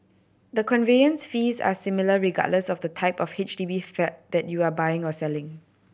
the conveyance fees are similar regardless of the type of H D B flat that you are buying or selling